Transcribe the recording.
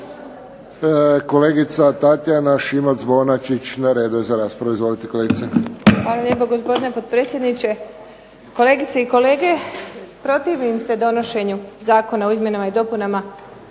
Kolegica Tatjana Šimac-Bonačić na redu je za raspravu. Izvolite kolegice. **Šimac Bonačić, Tatjana (SDP)** Hvala lijepo gospodine potpredsjedniče. Kolegice i kolege. Protivim se donošenju zakona o izmjenama i dopunama